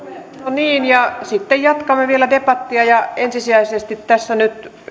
niin ja sitten jatkamme vielä debattia ja ensisijaisesti tässä nyt